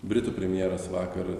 britų premjeras vakar